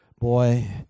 boy